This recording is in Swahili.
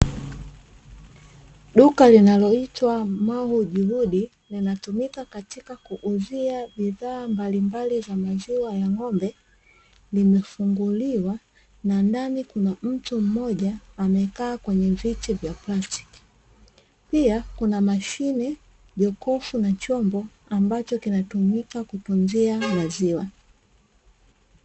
Duka linaloitwa "Mahu Juhudi";linalotumika katika kuuzia bidhaa mbalimbali za maziwa ya ng'ombe, limefunguliwa na ndani kuna mtu mmoja amekaa kwenye viti vya plastiki, pia kuna mashine, jokofu na chombo ambacho kinatumika kutunzia maziwa.